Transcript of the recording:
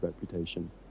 reputation